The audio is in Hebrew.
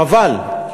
חבל,